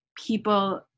people